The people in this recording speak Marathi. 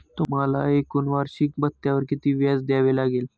तुम्हाला एकूण वार्षिकी भत्त्यावर किती व्याज द्यावे लागले